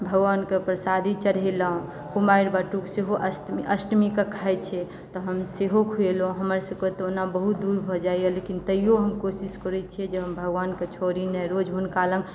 भगवानक प्रसादी चढ़ेलहुँ कुमारि बटुक सेहो अष्ट अष्टमीकेँ खाइत छै तखन सेहो खुएलहुँ हमरसभके तऽ ओना बहुत दूर भऽ जाइए लेकिन तैयो हम कोशिश करैत छी जे हम भगवानकेँ छोड़ी नहि रोज हुनका लग